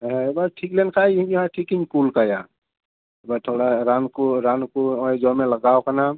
ᱦᱮᱸ ᱢᱟ ᱴᱷᱤᱠ ᱞᱮᱱᱠᱷᱟᱱ ᱤᱧ ᱱᱟᱦᱟᱜ ᱴᱷᱤᱠᱤᱧ ᱠᱳᱞ ᱠᱟᱭᱟ ᱚᱱᱟ ᱛᱦᱚᱲᱟ ᱨᱟᱱ ᱠᱚ ᱨᱟᱱ ᱠᱚ ᱦᱚᱜᱼᱚᱭ ᱡᱚᱢᱮ ᱞᱟᱜᱟᱣ ᱟᱠᱟᱱᱟ